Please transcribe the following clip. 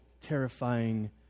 terrifying